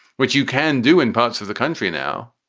which you can do in parts of the country now.